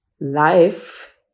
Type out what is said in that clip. life